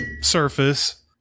surface